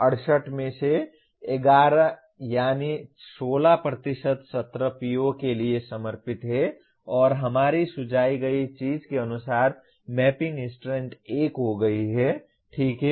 68 में से 11 यानी 16 सत्र PO1 के लिए समर्पित हैं और हमारी सुझाई गई चीज़ के अनुसार मैपिंग स्ट्रेंथ 1 हो गई है ठीक है